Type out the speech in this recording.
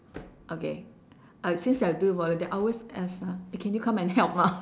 okay uh since I do volunteer I always ask ah eh can you come and help ah